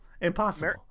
Impossible